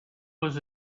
was